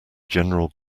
general